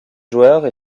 joueurs